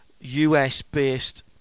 US-based